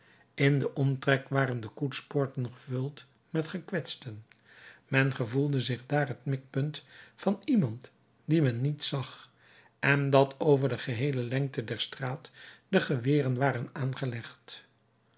in den omtrek waren de koetspoorten gevuld met gekwetsten men gevoelde zich daar het mikpunt van iemand dien men niet zag en dat over de geheele lengte der straat de geweren waren aangelegd